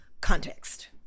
context